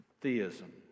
Theism